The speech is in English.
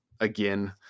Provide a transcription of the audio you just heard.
again